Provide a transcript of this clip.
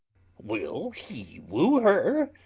will he woo her? ay,